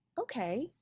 okay